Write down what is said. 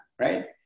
right